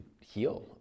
heal